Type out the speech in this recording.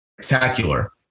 Spectacular